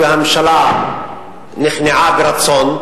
והממשלה נכנעה ברצון,